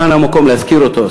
כאן המקום להזכיר אותו,